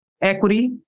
Equity